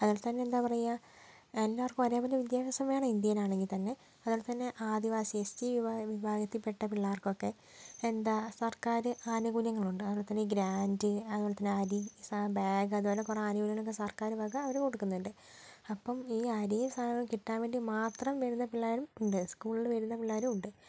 അതുപോലെ തന്നെ എന്താ പറയുക എല്ലാവർക്കും ഒരേപോലെ വിദ്യാഭ്യാസം വേണം ഇന്ത്യയിൽ ആണെങ്കിൽ തന്നെ അതേപോലെ തന്നെ ആദിവാസി എസ് ടി വിഭാഗത്തിൽപ്പെട്ട പിള്ളേർക്കൊക്കെ എന്താ സർക്കാർ ആനുകൂല്യങ്ങൾ ഉണ്ട് അതുപോലെ തന്നെ ഈ ഗ്രാൻഡ് അതുപോലെ തന്നെ അരി ബാഗ് അതുപോലെ കുറെ ആനുകൂല്യങ്ങൾ സർക്കാർ വക അവർ കൊടുക്കുന്നുണ്ട് അപ്പം ഈ അരി സാധനങ്ങൾ കിട്ടാൻ വേണ്ടി മാത്രം വരുന്ന പിള്ളേരും ഉണ്ട് സ്കൂളിൽ വരുന്ന പിള്ളേരും ഉണ്ട്